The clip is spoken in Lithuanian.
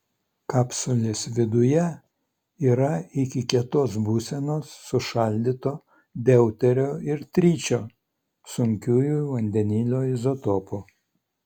kapsulės viduje yra iki kietos būsenos sušaldyto deuterio ir tričio sunkiųjų vandenilio izotopų